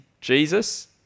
Jesus